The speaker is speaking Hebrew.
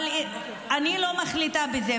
אבל אני לא מחליטה בזה.